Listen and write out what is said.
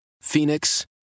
Phoenix